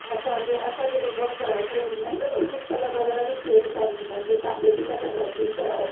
असांजे असांजे जेको कमु कराए करे ॾींदा आहियूं न त उनमें कलर वग़ैरह बि फ़ेड कान थींदा आहिनि जीअं तव्हां ॿिए कंहिं खां ड्रायक्लीन करायो